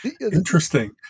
Interesting